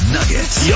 Nuggets